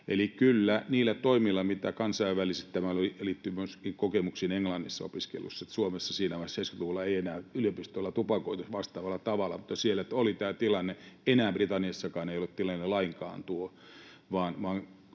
myöskin niillä toimilla, mitä kansainvälisesti on tehty. Tämä liittyy myöskin kokemuksiini Englannissa opiskelusta, eli Suomessa siinä vaiheessa, 70-luvulla, ei enää yliopistolla tupakoitu vastaavalla tavalla, mutta Englannissa oli tämä tilanne. Enää Britanniassakaan ei ole lainkaan tuo